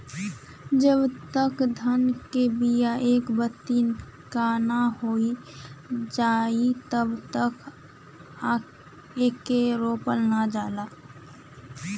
जब तक धान के बिया एक बित्ता क नाहीं हो जाई तब तक ओके रोपल ना जाला